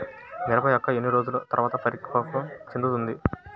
మిరప మొక్క ఎన్ని రోజుల తర్వాత పరిపక్వం చెందుతుంది?